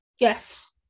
Yes